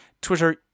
Twitter